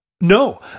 No